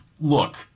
look